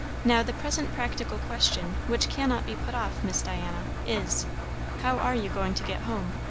now the present practical question, which cannot be put off, miss diana, is how are you going to get home?